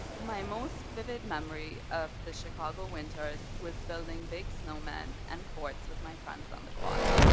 my most vivid memory of the chicago winters was building big snowman and forts with my friends on the quad.